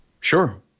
Sure